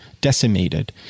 decimated